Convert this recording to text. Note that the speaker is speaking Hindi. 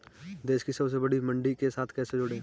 देश की सबसे बड़ी मंडी के साथ कैसे जुड़ें?